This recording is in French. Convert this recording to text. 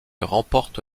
remporte